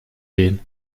gehen